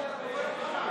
הדיון הסתיים,